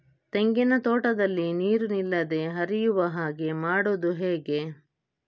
ತೆಂಗಿನ ತೋಟದಲ್ಲಿ ನೀರು ನಿಲ್ಲದೆ ಹರಿಯುವ ಹಾಗೆ ಮಾಡುವುದು ಹೇಗೆ?